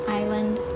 island